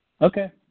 Okay